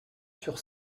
sur